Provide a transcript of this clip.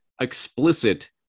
explicit